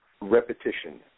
repetition